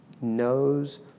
knows